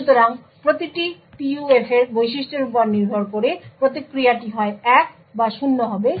সুতরাং প্রতিটি PUF এর বৈশিষ্ট্যের উপর নির্ভর করে প্রতিক্রিয়াটি হয় 1 বা 0 হবে